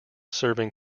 serving